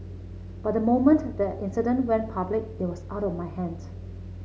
but the moment the incident went public it was out of my hands